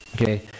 okay